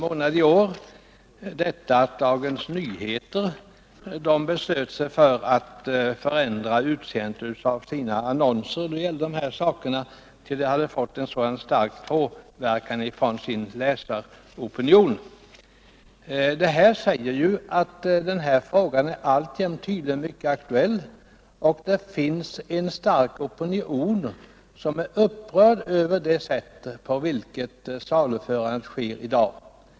Slutligen har Dagens Nyheter denna månad efter starka påtryckningar från läsaropinionen beslutat att ändra sina regler för annonsering om dessa saker. Det här säger ju att denna fråga alltjämt är mycket aktuell och att det finns en stark opinion som är upprörd över det sätt på vilket saluförandet sker i dag.